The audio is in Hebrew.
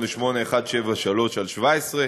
188173/17,